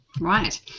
Right